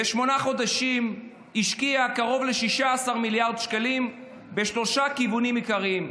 בשמונה חודשים השקיעה קרוב ל-16 מיליארד שקלים בשלושה כיוונים עיקריים.